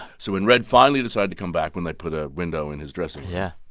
so when redd finally decided to come back when they put a window in his dressing yeah